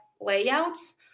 layouts